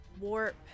warp